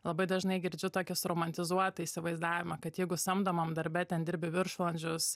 labai dažnai girdžiu tokį suromantizuotą įsivaizdavimą kad jeigu samdomam darbe ten dirbi viršvalandžius